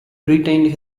retained